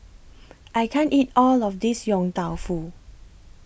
I can't eat All of This Yong Tau Foo